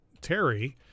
Terry